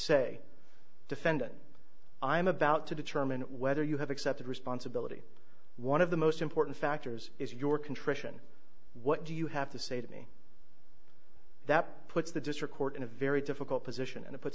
say defendant i'm about to determine whether you have accepted responsibility one of the most important factors is your contrition what do you have to say to me that puts the district court in a very difficult position and it puts